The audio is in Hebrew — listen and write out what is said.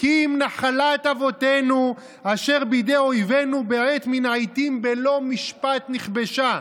כי אם נחלת אבותינו אשר בידי אויבינו בעת מן העיתים בלא משפט נכבשה".